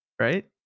Right